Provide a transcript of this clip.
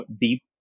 deep